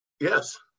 Yes